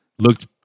Looked